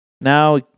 now